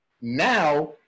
Now